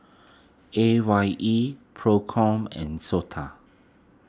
A Y E Procom and Sota